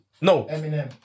No